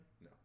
No